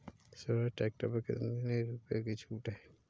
Swaraj tractor पर कितनी रुपये की छूट है?